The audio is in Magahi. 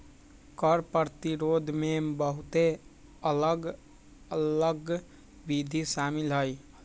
कर प्रतिरोध में बहुते अलग अल्लग विधि शामिल हइ